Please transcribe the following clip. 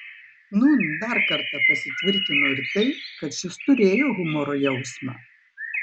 nūn dar kartą pasitvirtino ir tai kad šis turėjo humoro jausmą